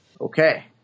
Okay